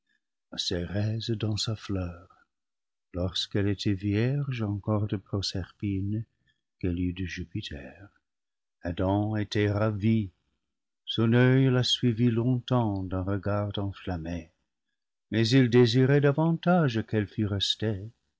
à cérès dans sa fleur lorsqu'elle était vierge encore de proserpine qu'elle eut de jupiter adam était ravi son oeil la suivit longtemps d'un regard enflammé mais il désirait davantage qu'elle fût restée